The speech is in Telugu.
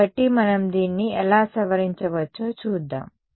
కాబట్టి మనం దీన్ని ఎలా సవరించవచ్చో చూద్దాం